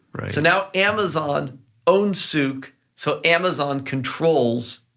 right. so, now amazon owns souk, so amazon controls,